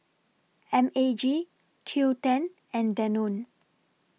M A G Qoo ten and Danone